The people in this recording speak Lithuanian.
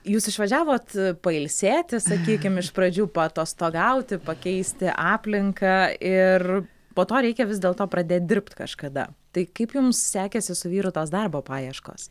jūs išvažiavot pailsėti sakykim iš pradžių paatostogauti pakeisti aplinką ir po to reikia vis dėlto pradėt dirbt kažkada tai kaip jums sekėsi su vyru tos darbo paieškos